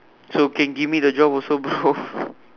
so can give me the job also bro